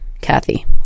Kathy